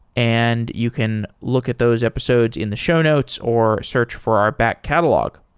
and you can look at those episodes in the show notes or search for our back catalog.